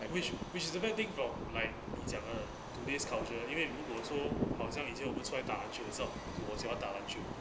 which which is a bad thing from like 你讲了 to this culture 因为如果说好像我们 !choy! 打球 result 我喜欢打篮球